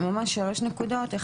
א',